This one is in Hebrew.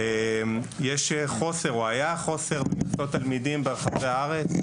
יש חוסר או היה חוסר במקום לתלמידים ברחבי הארץ,